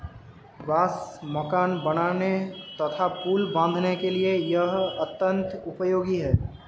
बांस मकान बनाने तथा पुल बाँधने के लिए यह अत्यंत उपयोगी है